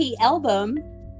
album